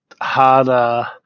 harder